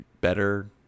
better